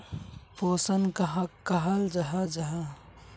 पोषण कहाक कहाल जाहा जाहा?